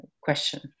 question